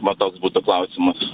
va toks būtų klausimas